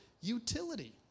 utility